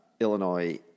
Illinois